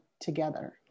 together